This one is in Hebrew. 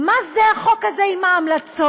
מה זה החוק הזה עם ההמלצות?